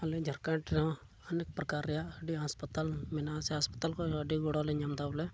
ᱟᱞᱮ ᱡᱷᱟᱲᱠᱷᱚᱸᱰ ᱨᱮᱦᱚᱸ ᱚᱱᱮᱠ ᱯᱨᱚᱠᱟᱨ ᱨᱮᱭᱟᱜ ᱟᱹᱰᱤ ᱦᱟᱥᱯᱟᱛᱟᱞ ᱢᱮᱱᱟᱜᱼᱟ ᱥᱮ ᱦᱟᱥᱯᱟᱛᱟᱞ ᱠᱷᱚᱡ ᱦᱚᱸ ᱟᱹᱰᱤ ᱜᱚᱲᱚᱞᱮ ᱧᱟᱢ ᱮᱫᱟ ᱵᱚᱞᱮ